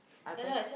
I buy